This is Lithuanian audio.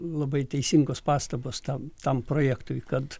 labai teisingos pastabos tam tam projektui kad